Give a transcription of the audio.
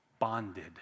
Bonded